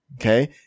Okay